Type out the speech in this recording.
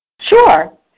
Sure